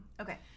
Okay